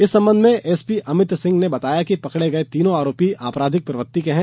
इस संबंध में एसपी अमित सिंह ने बताया कि पकड़े गये तीनों आरोपी अपराधी प्रवृत्ति के है